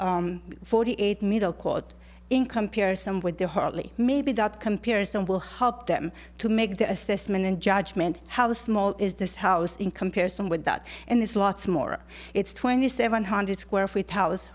forty eight middle quote in comparison with the harley maybe that comparison will help them to make that assessment and judgment how small is this house in comparison with that and there's lots more it's twenty seven hundred square foot house